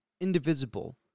indivisible